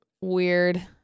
weird